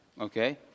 Okay